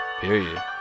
Period